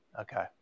Okay